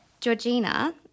Georgina